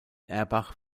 erbach